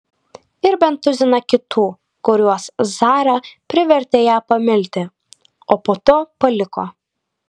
ir bent tuziną kitų kuriuos zara privertė ją pamilti o po to paliko